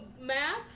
map